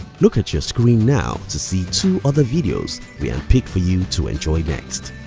look at your screen now to see two other videos we handpicked for you to enjoy next.